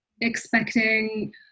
expecting